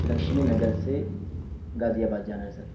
لکشمی نگر سے غازی آباد جانا ہے سر